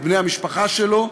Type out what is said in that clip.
את בני המשפחה שלו,